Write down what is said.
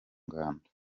ngando